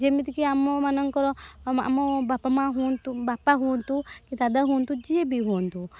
ଯେମିତିକି ଆମ ମାନଙ୍କର ଆମ ବାପ ମା ହୁଅନ୍ତୁ ବାପା ହୁଅନ୍ତୁ କି ଦାଦା ହୁଅନ୍ତୁ ଯିଏ ବି ହୁଅନ୍ତୁ